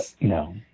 No